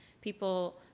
people